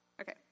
Okay